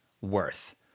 worth